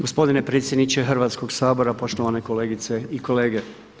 Gospodine predsjedniče Hrvatskog sabora, poštovane kolegice i kolege.